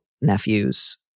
nephews